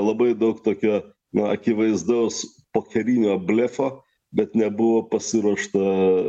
labai daug tokio na akivaizdaus pokerinio blefo bet nebuvo pasiruošta